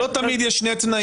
אז לא תמיד יש שני תנאים.